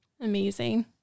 Amazing